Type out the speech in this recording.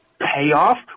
payoff